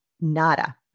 nada